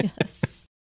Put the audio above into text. yes